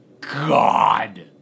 God